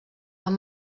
van